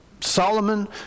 Solomon